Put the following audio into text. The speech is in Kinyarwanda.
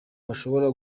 bashobora